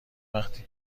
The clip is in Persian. وقتی